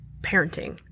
parenting